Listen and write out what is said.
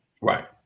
right